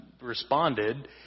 responded